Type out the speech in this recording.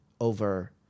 over